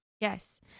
Yes